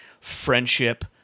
friendship